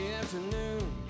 afternoon